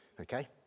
Okay